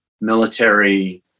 military